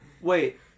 Wait